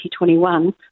2021